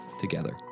together